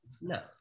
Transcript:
No